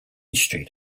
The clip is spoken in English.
street